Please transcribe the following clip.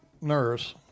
nurse